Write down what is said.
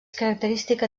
característica